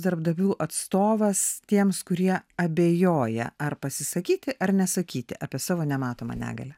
darbdavių atstovas tiems kurie abejoja ar pasisakyti ar nesakyti apie savo nematomą negalią